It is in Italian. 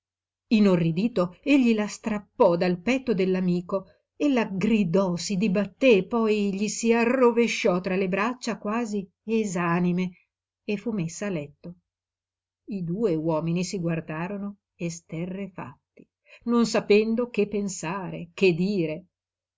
inorridito egli la strappò dal petto dell'amico ella gridò si dibatté poi gli si arrovesciò tra le braccia quasi esanime e fu messa a letto i due uomini si guardarono esterrefatti non sapendo che pensare che dire